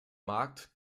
markt